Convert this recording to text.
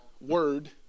word